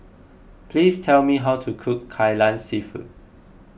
please tell me how to cook Kai Lan Seafood